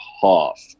half